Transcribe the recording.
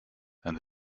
and